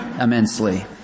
immensely